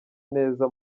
neza